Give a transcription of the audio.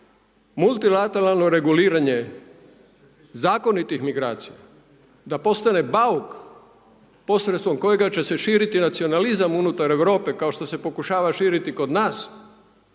multilateralno reguliranje zakonitih migracija da postane bauk posredstvom kojega će se širiti nacionalizam unutar Europe kao što se pokušava širiti kod nas